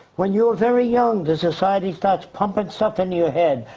when you're very young, the society starts pumping stuff into your head.